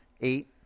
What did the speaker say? eight